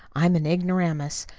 i'm an ignoramus,